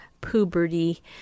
puberty